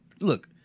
Look